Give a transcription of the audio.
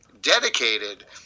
dedicated